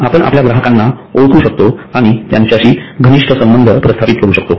आपण आपल्या ग्राहकांना ओळखू शकतो आणि त्यांच्याशी घनिष्ठ संबंध प्रस्थापित करू शकतो